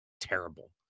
terrible